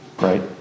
Right